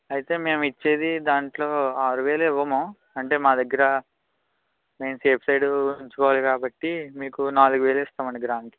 అయితే మేము ఇచ్చేది దాంట్లో ఆరువేలే ఇవ్వము అంటే మా దగ్గర మేము సేఫ్ సైడ్ గోల్డ్ కాబట్టి మీకు నాలుగు వేలు ఇస్తాము అండి గ్రాముకి